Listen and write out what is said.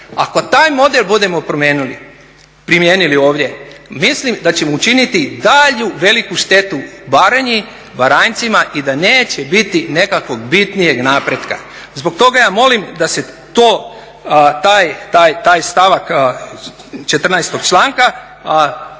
Ako taj model budemo primijenili ovdje mislim da ćemo učiniti dalju veliku štetu Baranji, Baranjcima i da neće biti nekakvog bitnijeg napretka. Zbog toga ja molim da se to, taj stavak 14.-tog članka modificira